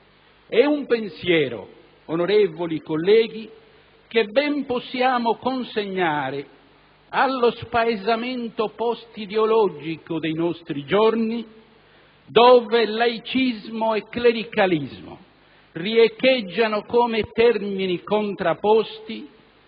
È un pensiero, onorevoli colleghi, che ben possiamo consegnare allo spaesamento post-ideologico dei nostri giorni, dove laicismo e clericalismo riecheggiano come termini contrapposti